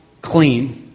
clean